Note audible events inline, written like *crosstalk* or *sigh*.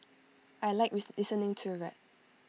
I Like *unintelligible* listening to rap